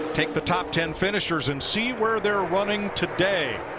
take the top ten finishers and see where they are running today.